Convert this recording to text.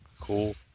cool